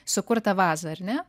sukurtą vazą ar ne